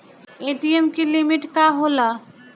ATM की limit का होला?